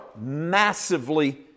massively